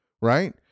right